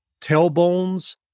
Tailbones